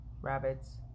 rabbits